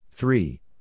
Three